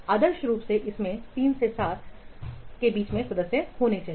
आदर्श रूप से इसमें 3 से 7 7 सदस्यों के बीच होना चाहिए